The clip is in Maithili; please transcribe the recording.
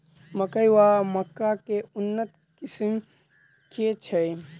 मकई वा मक्का केँ उन्नत किसिम केँ छैय?